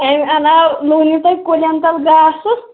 امہِ علاوٕ لوٗنِو تُہۍ کُلیٚن تَل گاسہٕ